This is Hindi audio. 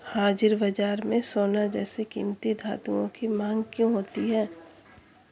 हाजिर बाजार में सोना जैसे कीमती धातुओं की मांग क्यों होती है